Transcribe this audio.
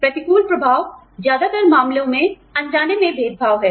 प्रतिकूल प्रभाव ज्यादातर मामलों में अनजाने में भेदभाव है